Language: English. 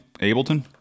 ableton